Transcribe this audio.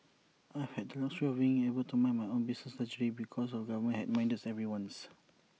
I've had the luxury of being able to mind my own business largely because the government had minded everyone's